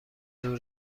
زور